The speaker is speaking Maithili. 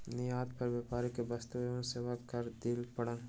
निर्यात पर व्यापारी के वस्तु एवं सेवा कर दिअ पड़लैन